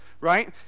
right